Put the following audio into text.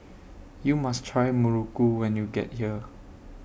YOU must Try Muruku when YOU get here